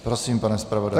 Prosím, pane zpravodaji.